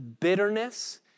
bitterness